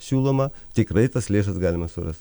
siūloma tikrai tas lėšas galima suras